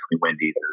Wendy's